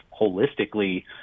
holistically